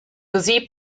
così